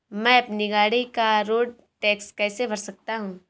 मैं अपनी गाड़ी का रोड टैक्स कैसे भर सकता हूँ?